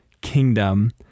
kingdom